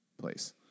place